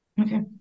Okay